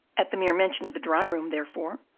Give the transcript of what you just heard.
at the mere mention of the dry-room, therefore,